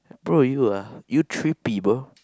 bro you are you trippy bro